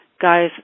Guys